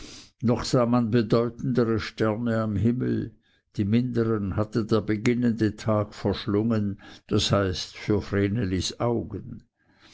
noch sah man bedeutendere sterne am himmel die minderen hatte der beginnende tag verschlungen das heißt für vrenelis augen